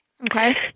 Okay